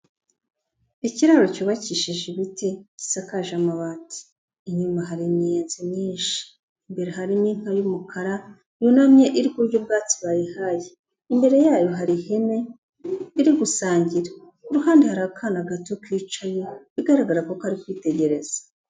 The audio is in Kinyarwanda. Ikiraro cyubakishije ibiti, gisakaje amabati. Inyuma hari imiyenzi myinshi, imbere hari n'inka y'umukara, yunamye iri kurya ubwatsi bayihaye. Imbere yayo hari ihene, biri gusangira. Ku ruhande hari akana gato kicaye, bigaragara ko kari kwitegereza.